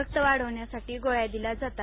रक्त वाढविण्यासाठी गोळ्या दिल्या जातात